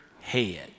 head